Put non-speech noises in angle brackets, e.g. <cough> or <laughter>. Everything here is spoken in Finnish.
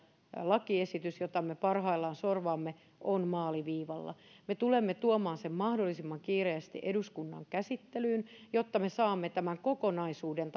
lakiesitys jota me parhaillaan sorvaamme on maaliviivalla me tulemme tuomaan sen mahdollisimman kiireesti eduskunnan käsittelyyn jotta me saamme tämän kokonaisuuden <unintelligible>